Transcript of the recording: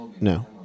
No